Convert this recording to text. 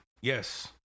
yes